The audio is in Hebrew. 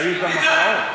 היו כאן הפרעות,